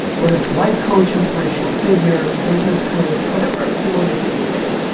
whether it's life coach, inspirational figure, business coach, whatever form it takes,